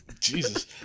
Jesus